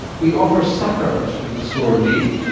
we offer succour to the sore knee,